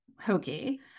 hokey